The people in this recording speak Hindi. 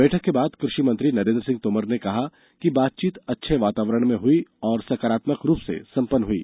बैठक के बाद क्र षि मंत्री नरेन्द्र सिंह तोमर ने कहा कि बातचीत अच्छे वातावरण में हुई और सकारात्मक रूप से संपन्न हई